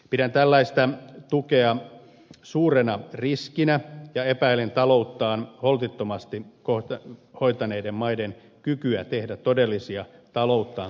pidän tällaista tukea suurena riskinä ja epäilen talouttaan holtittomasti hoitaneiden maiden kykyä tehdä todellisia talouttaan korjaavia päätöksiä